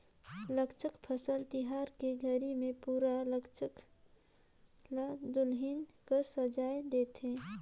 लद्दाख फसल तिहार के घरी मे पुरा लद्दाख ल दुलहिन कस सजाए देथे